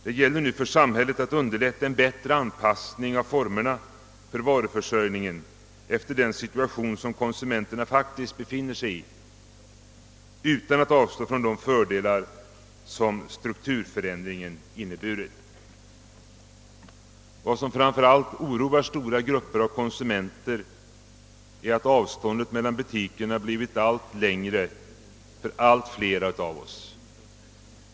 Det gäller nu för samhället att underlätta en bättre anpassning av formerna för varuförsörjningen efter den situation som konsumenterna har råkat i utan att de därför tvingas avstå från de fördelar som strukturförändringen har inneburit. Vad som framför allt oroar stora grupper av konsumenter är att avståndet mellan butikerna blivit allt längre för allt fler.